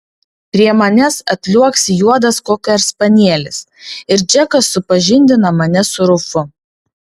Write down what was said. prie manęs atliuoksi juodas kokerspanielis ir džekas supažindina mane su rufu